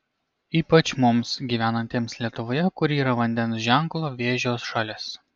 ypač mums gyvenantiems lietuvoje kuri yra vandens ženklo vėžio šalis